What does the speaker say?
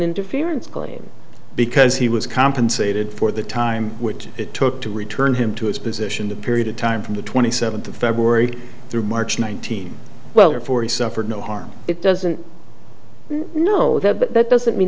interference claim because he was compensated for the time which it took to return him to his position the period of time from the twenty seventh of february through march nineteen well or four he suffered no harm it doesn't know that but that doesn't mean